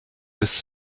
this